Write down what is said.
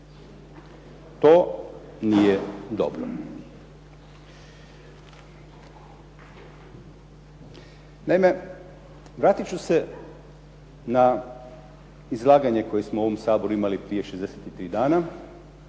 To nije dobro. Naime, vratiti ću se na izlaganje koje smo u ovom Saboru imali prije 63 dana